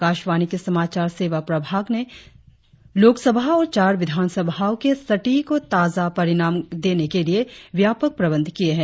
आकाशवाणी के समाचार सेवा प्रभाग ने लोकसभा और चार विधानसभाओं के सटीक और ताजा परिणाम देने के लिये व्यापक प्रबंध किये है